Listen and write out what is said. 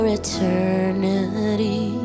eternity